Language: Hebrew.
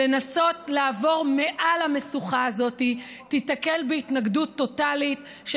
לעבור מעל המשוכה הזאת ייתקלו בהתנגדות טוטלית של